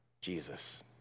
Jesus